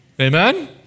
Amen